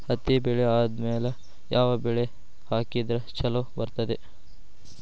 ಹತ್ತಿ ಬೆಳೆ ಆದ್ಮೇಲ ಯಾವ ಬೆಳಿ ಹಾಕಿದ್ರ ಛಲೋ ಬರುತ್ತದೆ?